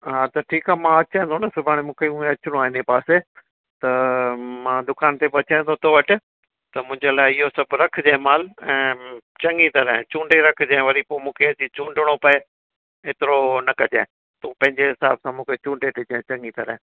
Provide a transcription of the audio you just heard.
हा त ठीकु आ मां अचांइ थो न सुभाणे मूंखे ऊअं ई अचिणो आहे इने पासे त मां दुकान ते बि अचे थो तो वटि त मुंहिंजे लाइ इहो सभु रखिजांइ माल ऐं चङी तरह चूंडे रखिजांइ वरी पोइ मूंखे अची चूंडिणो पए एतिरो न कजांइ तूं पंहिंजे हिसाब सां मूंखे चूंडे ॾिजांइ चङी तरह